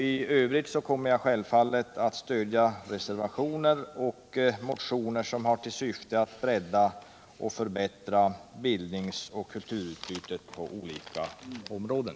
I övrigt kommer jag självfallet att stödja reservationer och motioner som har till syfte att bredda och förbättra bildnings och kulturutbytet på olika områden.